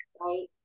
right